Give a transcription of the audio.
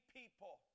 people